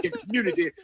community